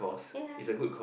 ya